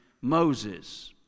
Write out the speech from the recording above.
Moses